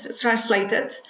translated